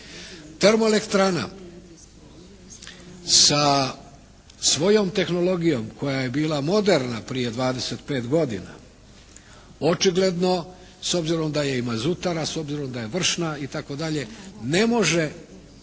Termoelektrana sa svojom tehnologijom koja je bila moderna prije 25 godina, očigledno s obzirom da je i mazutara, s obzirom da je vršna itd. ne može